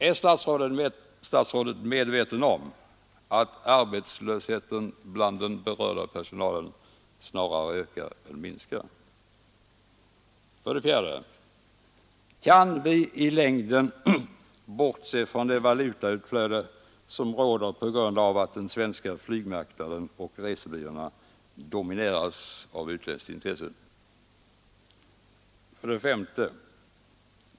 Är statsrådet medveten om att arbetslösheten bland den berörda personalen snarare ökar än minskar? 4. Kan vi i längden bortse från det valutautflöde som sker på grund av att den svenska flygmarknaden och resebyråerna domineras av utländskt intresse? A 5.